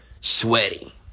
Sweaty